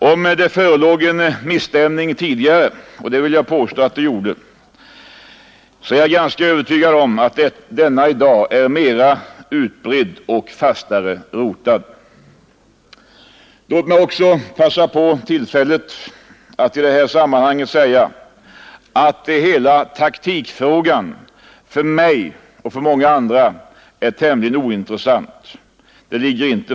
Om det förelåg en misstämning tidigare — och det vill jag påstå att det gjorde — är jag ganska övertygad om att denna nu är mera utbredd och fastare rotad. Låt mig också begagna tillfället att i detta sammanhang säga att hela taktikfrågan för mig och för många andra är tämligen ointressant.